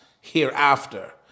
hereafter